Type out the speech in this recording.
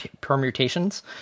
permutations